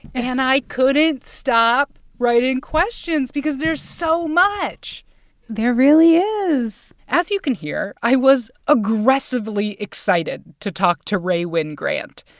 and i couldn't stop writing questions because there's so much there really is as you can hear, i was aggressively excited to talk to rae wynn-grant.